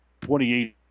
28